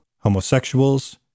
homosexuals